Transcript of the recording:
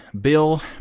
bill